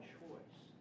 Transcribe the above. choice